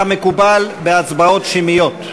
כמקובל בהצבעות שמיות.